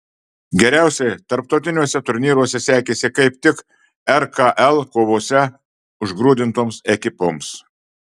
geriausiai tarptautiniuose turnyruose sekėsi kaip tik rkl kovose užgrūdintoms ekipoms